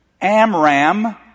Amram